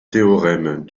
théorème